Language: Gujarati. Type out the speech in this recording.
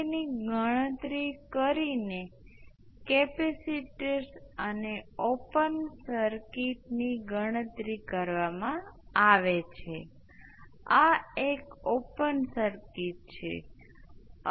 તેથી જો I s ને સમયના ફંક્શન વિશે વિચારવું હોય તે 0 થી I0 સુધી જાય છે તો I s નું t બરાબર 0 પર વિકલન એક ઇમ્પલ્સ છે